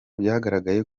byagaragaye